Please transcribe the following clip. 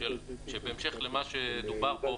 שבהמשך למה שדובר פה,